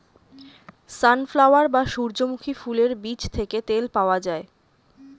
sunflower বা সূর্যমুখী ফুলের বীজ থেকে তেল পাওয়া যায়